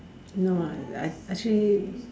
no ah act~ actually